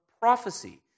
prophecy